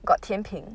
got 甜品